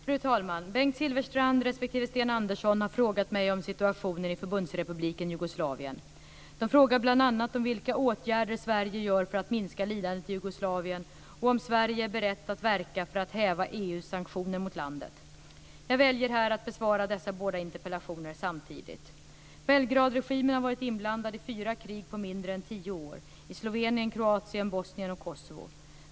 Fru talman! Bengt Silfverstrand respektive Sten Andersson har frågat mig om situationen i Förbundsrepubliken Jugoslavien. De frågar bl.a. om vilka åtgärder Sverige vidtar för att minska lidandet i Jugoslavien och om Sverige är berett att verka för att häva EU:s sanktioner mot landet. Jag väljer här att besvara dessa båda interpellationer samtidigt. Belgradregimen har varit inblandad i fyra krig på mindre än tio år, i Slovenien, Kroatien, Bosnien och Kosovo.